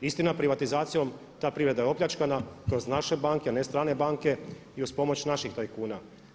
Istina privatizacijom ta privreda je opljačkana kroz naše banke, ne strane banke i uz pomoć naših tajkuna.